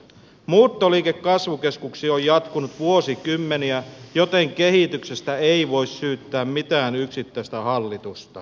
muuttoliike kasvukeskuksiin on jatkunut vuosikymmeniä joten kehityksestä ei voi syyttää mitään yksittäistä hallitusta